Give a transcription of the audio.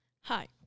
Hi